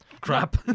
crap